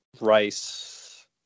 rice